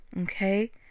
Okay